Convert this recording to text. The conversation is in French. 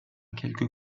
quelques